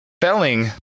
Felling